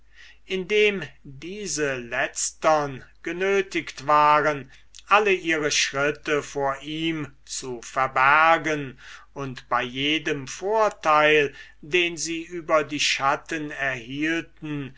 indem diese letztere genötigt waren alle ihre schritte vor ihm zu verbergen und bei jedem vorteil den sie über die schatten erhielten